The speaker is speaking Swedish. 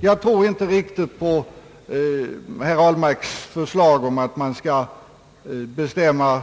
Jag tror emellertid inte riktigt på herr Ahlmarks förslag om att man skall bestämma